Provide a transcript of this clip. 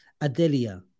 Adelia